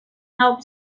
help